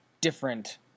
different